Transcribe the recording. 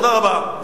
תודה רבה.